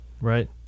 Right